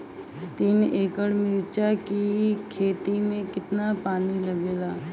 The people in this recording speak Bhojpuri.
तीन एकड़ मिर्च की खेती में कितना पानी लागेला?